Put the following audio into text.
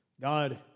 God